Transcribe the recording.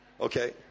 Okay